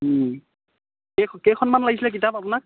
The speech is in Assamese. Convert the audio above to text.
কেইখনমান লাগিছিলে কিতাপ আপোনাক